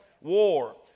War